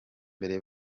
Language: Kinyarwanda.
mbere